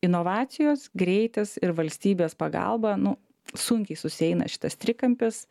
inovacijos greitis ir valstybės pagalba nu sunkiai susieina šitas trikampis